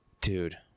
dude